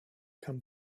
come